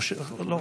לא.